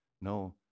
No